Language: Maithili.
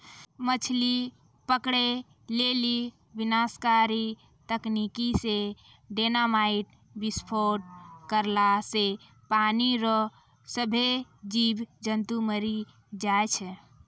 मछली पकड़ै लेली विनाशकारी तकनीकी से डेनामाईट विस्फोट करला से पानी रो सभ्भे जीब जन्तु मरी जाय छै